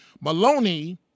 Maloney